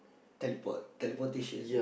teleport teleportation